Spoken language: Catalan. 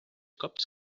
cops